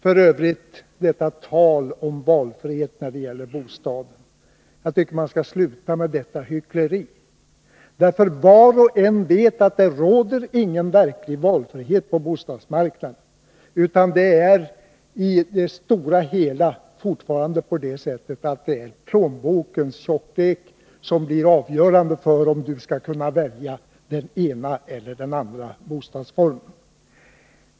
F. ö. tycker jag att man skall sluta med det hycklande talet om valfrihet när det gäller bostaden. Var och en vet ju att det inte råder någon verklig valfrihet på bostadsmarknaden. I det stora hela är det fortfarande plånbokens tjocklek som är avgörande för om du skall kunna välja den ena eller den andra boendeformen.